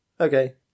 Okay